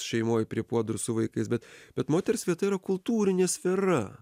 šeimoj prie puodų ir su vaikais bet bet moters vieta yra kultūrinė sfera